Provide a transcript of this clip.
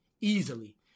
easily